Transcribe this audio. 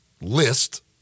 list